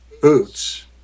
Boots